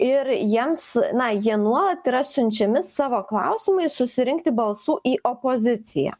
ir jiems na jie nuolat yra siunčiami savo klausimais susirinkti balsų į opoziciją